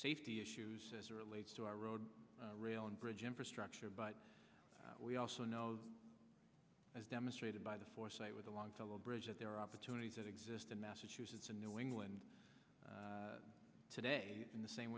safety issues as relates to our road rail and bridge infrastructure but we also know as demonstrated by the foresight with the long tail of bridge that there are opportunities that exist in massachusetts and new england today in the same